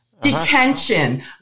Detention